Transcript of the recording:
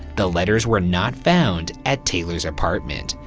the letters were not found at taylor's apartment.